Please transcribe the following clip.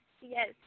yes